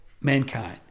mankind